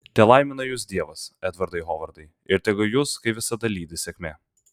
telaimina jus dievas edvardai hovardai ir tegu jus kaip visada lydi sėkmė